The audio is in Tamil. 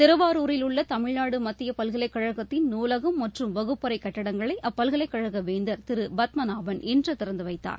திருவாரூரில் உள்ள தமிழ்நாடு மத்திய பல்கலைக் கழகத்தின் நூலகம் மற்றும் வகுப்பறை கட்டங்களை அப்பல்கலைக் கழக வேந்தர் திரு பத்மநாபன் இன்று திறந்து வைத்தார்